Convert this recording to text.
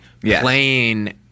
playing